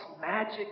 magic